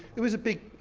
it was a big,